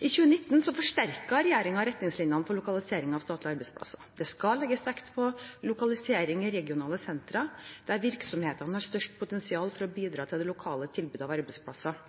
I 2019 forsterket regjeringen retningslinjene for lokalisering av statlige arbeidsplasser. Det skal legges vekt på lokalisering i regionale sentre der virksomhetene har størst potensial for å bidra til det lokale tilbudet av arbeidsplasser.